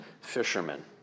fishermen